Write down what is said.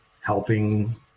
helping